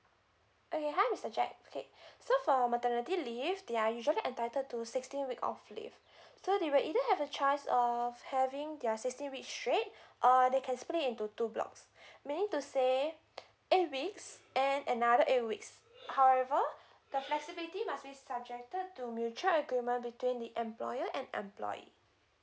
okay hi mister jack okay so for maternity leave they are usually entitled to sixteen week of leave so they will either have a choice of having their sixteen weeks straight or they can split into two blocks meaning to say eight weeks and another eight weeks however the flexibility must be subjected to mutual agreement between the employer and employee